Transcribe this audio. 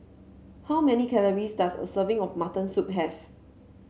how many calories does a serving of Mutton Soup have